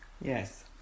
yes